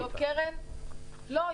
לא.